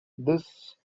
this